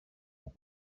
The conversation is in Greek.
μου